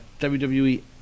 WWE